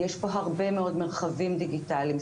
יש פה הרבה מאוד מרחבים דיגיטליים,